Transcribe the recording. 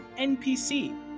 NPC